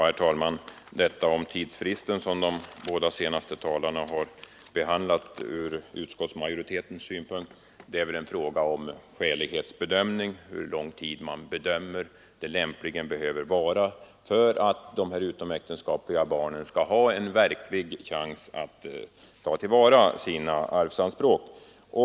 Herr talman! Frågan om tidsfristen, som de båda senaste talarna har behandlat från utskottsmajoritetens synpunkt, gäller en bedömning av hur lång tid som lämpligen behövs för att de utomäktenskapliga barnen skall ha en verklig chans att ta till vara sina arvsanspråk.